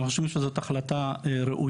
אנחנו חושבים שזו החלטה ראויה,